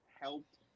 helped